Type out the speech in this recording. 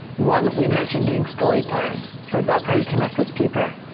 one, we mentioned doing storytelling, so that's how you connect with people.